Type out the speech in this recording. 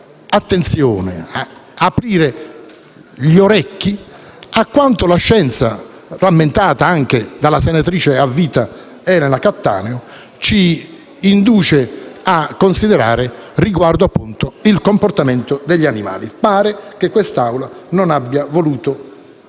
attenzione e aprire le orecchie a quanto la scienza, richiamata anche dalla senatrice a vita Elena Cattaneo, ci induce a considerare riguardo, appunto, il comportamento degli animali. Pare che questa Assemblea non abbia voluto